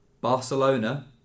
Barcelona